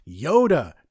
Yoda